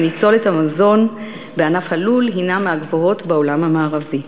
וניצולת המזון בענף הלול הנה מהגבוהות בעולם המערבי.